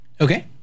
Okay